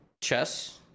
chess